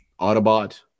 Autobot